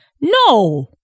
no